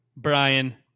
Brian